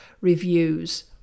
reviews